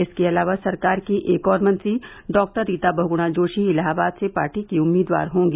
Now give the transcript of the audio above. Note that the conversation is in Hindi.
इसके अलावा सरकार की एक और मंत्री डॉक्टर रीता बहुगुणा जोशी इलाहाबाद से पार्टी की उम्मीदवार होंगी